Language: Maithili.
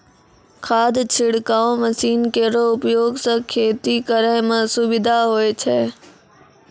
खाद छिड़काव मसीन केरो उपयोग सँ खेती करै म सुबिधा होय छै